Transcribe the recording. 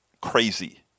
crazy